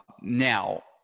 Now